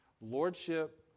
Lordship